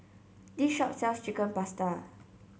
this shop sells Chicken Pasta